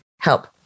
help